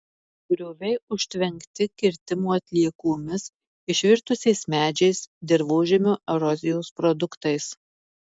grioviai užtvenkti kirtimo atliekomis išvirtusiais medžiais dirvožemio erozijos produktais